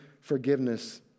forgiveness